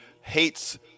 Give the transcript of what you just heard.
hates